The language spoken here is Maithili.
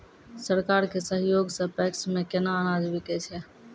सरकार के सहयोग सऽ पैक्स मे केना अनाज बिकै छै?